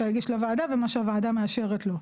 הגיש לוועדה וממה שהוועדה מאשרת לו.